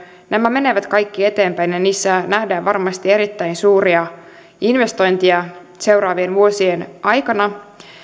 menevät kaikki eteenpäin ja niissä nähdään varmasti erittäin suuria investointeja seuraavien vuosien aikana